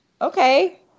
Okay